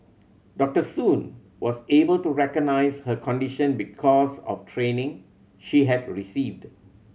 Doctor Soon was able to recognise her condition because of training she had received